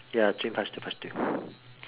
ya train faster faster